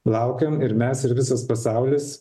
laukiam ir mes ir visas pasaulis